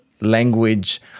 language